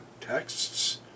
texts